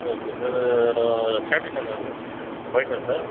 okay sir shirt என்ன colour sir ஒயிட்டா sir